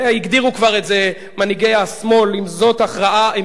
הגדירו כבר את זה מנהיגי השמאל: אם זאת ההכרעה,